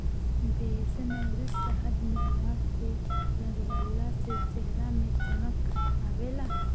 बेसन अउरी शहद मिला के लगवला से चेहरा में चमक आवेला